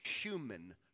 human